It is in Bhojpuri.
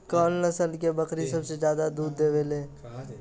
कउन नस्ल के बकरी सबसे ज्यादा दूध देवे लें?